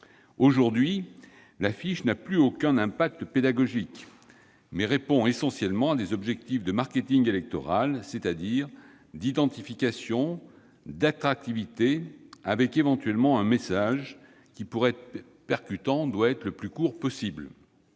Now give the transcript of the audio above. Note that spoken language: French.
Aujourd'hui, l'affiche n'a plus aucun impact pédagogique. Elle vise essentiellement des objectifs de marketing électoral, c'est-à-dire d'identification, d'attractivité, avec un éventuel message qui, pour être percutant, doit être le plus court possible.